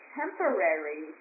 temporary